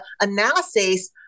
analysis